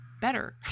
better